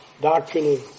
doctrine